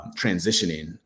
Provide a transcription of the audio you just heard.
transitioning